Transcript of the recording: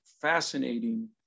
fascinating